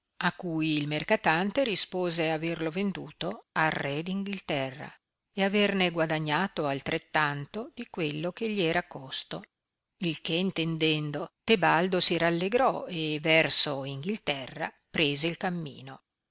a cui il mercatante rispose averlo venduto al re d'inghilterra e averne guadagnato altrettanto di quello che gli era costo il che intendendo tebaldo si rallegrò e verso inghilterra prese il cammino